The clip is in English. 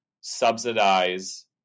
subsidize